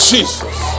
Jesus